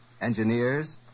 engineers